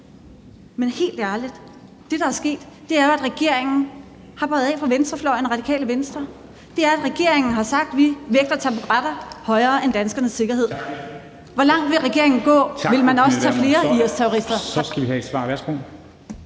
Men helt ærligt: Det, der er sket, er, at regeringen har bøjet af for venstrefløjen og Radikale Venstre. Og det er, at regeringen har sagt: Vi vægter taburetter højere end danskernes sikkerhed. Hvor langt vil regeringen gå? (Formanden (Henrik Dam Christensen: